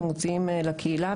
שמוציאים שירותים לקהילה,